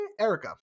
Erica